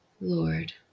Lord